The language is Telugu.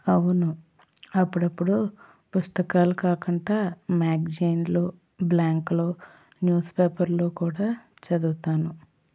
అవును అప్పుడప్పుడు పుస్తకాలు కాకుండా మ్యాగ్జైన్లు బ్లాంకులు న్యూస్పేపర్లు కూడా చదువుతాను